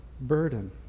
burden